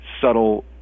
subtle